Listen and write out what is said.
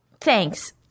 thanks